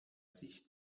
sich